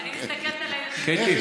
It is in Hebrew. אני מסתכלת על הילדים.